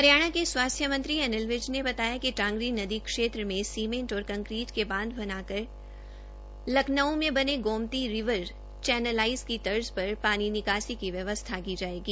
हरियाणा के स्वास्थ्य मंत्री अनिल विज ने बताया कि टांगरी नदी क्षेत्र में सीमेंट और कंकरीट के बांध बनाकर लखनऊ में बने गोमती रिवर चैनलाईज की तर्ज पर पानी निकासी की व्यवस्था की जाएगी